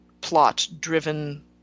plot-driven